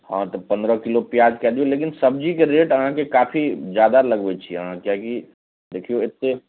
हँ तऽ पनरह किलो पिआज कै दिऔ लेकिन सब्जीके रेट अहाँके काफी जादा लगबै छी अहाँ किएकि देखिऔ एतेक